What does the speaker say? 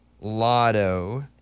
Lotto